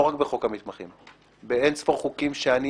לא רק בחוק המתמחים, באינספור חוקים שאני